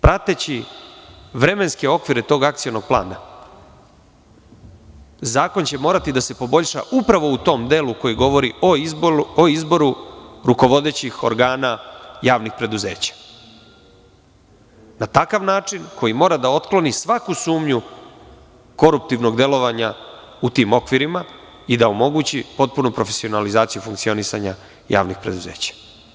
Prateći vremenske okvire tog akcionog plana, zakon će morati da se poboljša upravo utom delu koji govori o izboru rukovodećih organa javnih preduzeća, na takav način koji mora da otkloni svaku sumnju koruptivnog delovanja u tim okvirima i da omogući potpunu profesionalizaciju funkcionisanja javnih preduzeća.